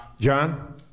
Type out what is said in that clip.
John